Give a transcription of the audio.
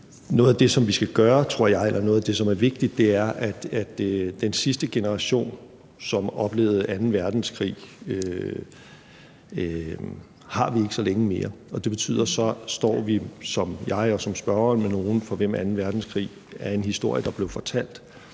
noget af det, som er vigtigt, er, at den sidste generation, som oplevede anden verdenskrig, har vi ikke så længe mere. Det betyder, at så står vi som jeg og som spørgeren med nogle, for hvem anden verdenskrig er en historie, der blev fortalt,